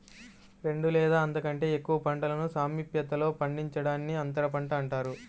రెండు లేదా అంతకంటే ఎక్కువ పంటలను సామీప్యతలో పండించడాన్ని అంతరపంట అంటారు